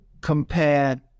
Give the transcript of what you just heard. compare